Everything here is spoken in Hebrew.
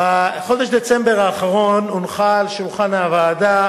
בחודש דצמבר האחרון הונחה על שולחן הוועדה